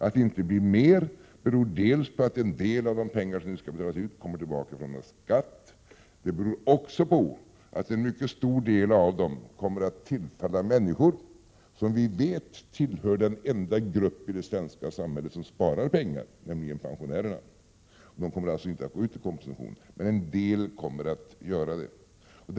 Att det inte blir mer beror dels på att en del av de pengar som skall betalas ut kommer tillbaka i form av skatt, dels på att en mycket stor del av pengarna kommer att tillfalla människor som vi vet tillhör den enda grupp i det svenska samhället som sparar pengar, nämligen pensionärerna. En del av pengarna kommer alltså att användas för denna kompensation.